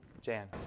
Jan